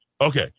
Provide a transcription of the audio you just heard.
Okay